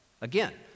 again